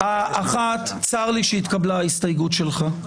האחת, צר לי שהתקבלה ההסתייגות שלך.